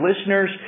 listeners